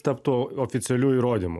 taptų oficialiu įrodymu